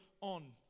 on